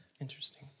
Interesting